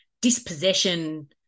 dispossession